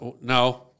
No